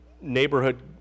neighborhood